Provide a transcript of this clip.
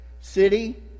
city